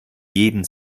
jeden